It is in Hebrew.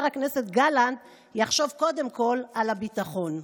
הכנסת גלנט יחשוב קודם כול על הביטחון,